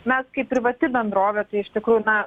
mes kaip privati bendrovė tai iš tikrųjų na